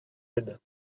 aide